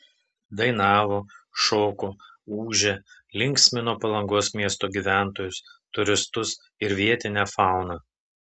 dainavo šoko ūžė linksmino palangos miesto gyventojus turistus ir vietinę fauną